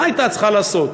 מה הייתה צריכה לעשות?